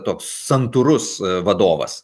toks santūrus vadovas